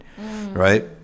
Right